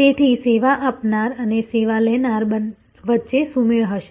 તેથી સેવા આપનાર અને સેવા લેનાર વચ્ચે સુમેળ હશે